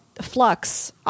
Flux